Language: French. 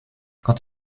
quand